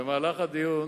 במהלך הדיון